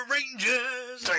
Rangers